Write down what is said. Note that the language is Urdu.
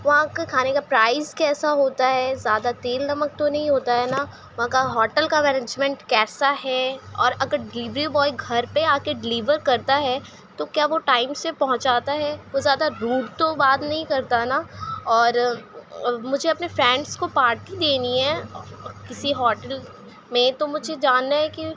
وہاں کا کھانے کا پرائس کیسا ہوتا ہے زیادہ تیل نمک تو نہیں ہوتا ہے نا وہاں کا ہوٹل کا مینجمنٹ کیسا ہے اور اگر ڈلیوری بوائے گھر پہ آ کے ڈلیور کرتا ہے تو کیا وہ ٹائم سے پہنچاتا ہے وہ زیادہ ریوڈ تو بات نہیں کرتا نا اور مجھے اپنے فرینڈس کو پارٹی دینی ہے کسی ہوٹل میں تو مجھے جاننا ہے کہ